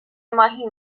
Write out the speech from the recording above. ماهی